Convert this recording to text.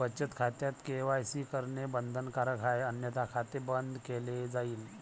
बचत खात्यात के.वाय.सी करणे बंधनकारक आहे अन्यथा खाते बंद केले जाईल